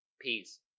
Peace